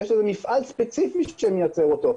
שיש איזה מפעל ספציפי שמייצר אותו,